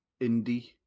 indie